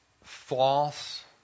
false